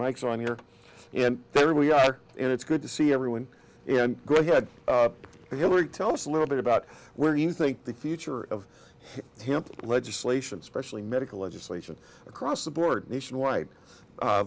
mikes on here and there we are and it's good to see everyone go ahead hillary tell us a little bit about where you think the future of temple legislation specially medical legislation across the board nationwide